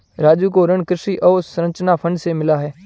राजू को ऋण कृषि अवसंरचना फंड से मिला है